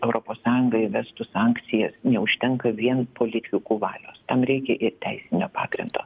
europos sąjunga įvestų sankcijas neužtenka vien politikų valios tam reikia ir teisinio pagrindo